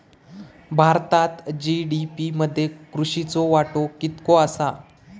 भारतात जी.डी.पी मध्ये कृषीचो वाटो कितको आसा?